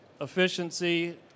Efficiency